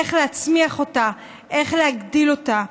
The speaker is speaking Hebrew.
איך להצמיח אותה, איך להגדיל אותה.